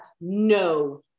no